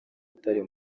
utari